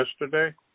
yesterday